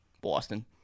boston